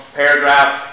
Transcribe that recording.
paragraph